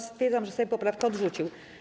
Stwierdzam, że Sejm poprawkę odrzucił.